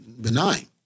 benign